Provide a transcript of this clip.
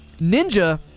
Ninja